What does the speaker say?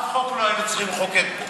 אף חוק לא היינו צריכים לחוקק פה.